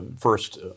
first